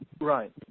right